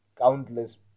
countless